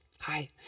hi